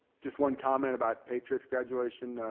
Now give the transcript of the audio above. just one comment about patriot's graduation,